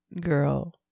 girl